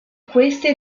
queste